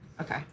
Okay